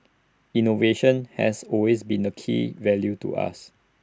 innovation has always been A key value to us